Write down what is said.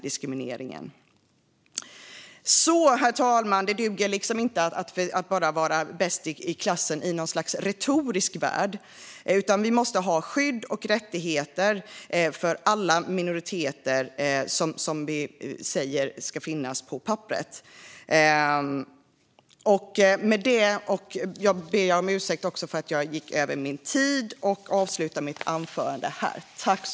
Herr talman! Det duger inte att vara bäst i klassen i bara en retorisk värld, utan vi måste ha skydd och rättigheter för alla de minoriteter som vi på papperet säger finns.